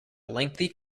lengthy